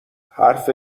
حرف